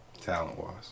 talent-wise